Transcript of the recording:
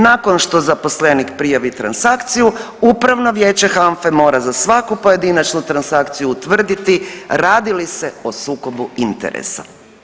Nakon što zaposlenik prijavi transakciju, Upravno vijeće HANFA-e mora za svaku pojedinačnu transakciju utvrditi radi li se o sukobu interesa.